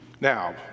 Now